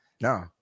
No